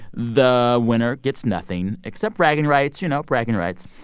the winner gets nothing except bragging rights you know, bragging rights.